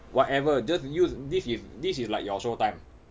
whatever just use this is this is like your showtime